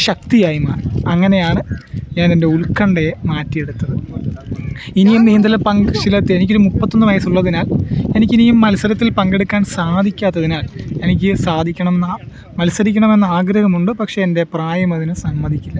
ശക്തിയായി മാറി അങ്ങനെയാണ് ഞാനെൻ്റെ ഉൽക്കണ്ഠയെ മാറ്റിയെടുത്തത് ഇനിയും നീന്തലിൽ പങ്കെ ശീലമില്ലാത്ത എനിക്കിനി മുപ്പത്തൊന്ന് വയസുള്ളതിനാൽ എനിക്ക് ഇനിയും മത്സരത്തിൽ പങ്കെടുക്കാൻ സാധിക്കാത്തതിനാൽ എനിക്ക് സാധിക്കണംമെന്ന് മത്സരിക്കണമെന്നാഗ്രഹമുണ്ട് പക്ഷേ എൻ്റെ പ്രായം അതിനു സമ്മതിക്കില്ല